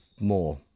More